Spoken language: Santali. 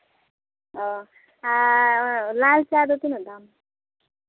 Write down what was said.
ᱚ ᱞᱟᱞ ᱪᱟ ᱫᱚ ᱛᱤᱱᱟᱹᱜ ᱫᱟᱢ